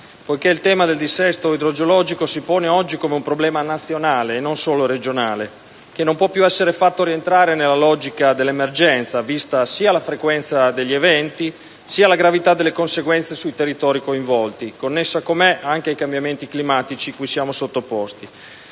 poiché il tema del dissesto idrogeologico si pone oggi come un problema nazionale, non solo regionale, che non può più essere fatto rientrare nella logica dell'emergenza, viste sia la frequenza degli eventi sia la gravità delle conseguenze sui territori coinvolti, connesso com'è anche ai cambiamenti climatici cui siamo sottoposti.